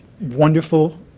wonderful